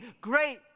great